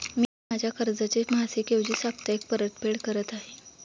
मी माझ्या कर्जाची मासिक ऐवजी साप्ताहिक परतफेड करत आहे